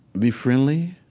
be friendly,